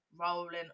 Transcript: rolling